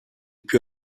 più